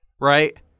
Right